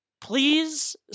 please